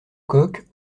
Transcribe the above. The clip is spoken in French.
kock